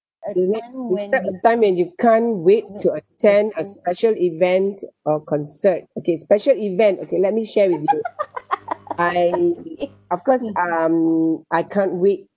describe a time when you can't wait to attend a special event or concert okay special event okay let me share with you my of course um so I can't wait